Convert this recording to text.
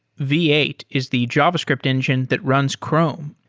v eight is the javascript engine that runs chrome.